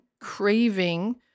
craving